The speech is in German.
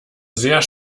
sehr